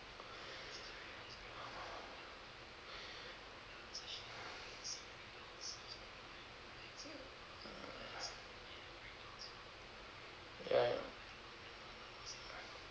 ya